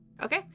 Okay